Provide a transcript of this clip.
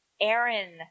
Aaron